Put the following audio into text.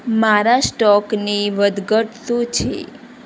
મારા સ્ટોકની વધઘટ શું છે